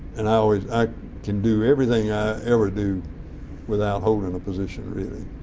and i always i can do everything i ever do without holding a position really.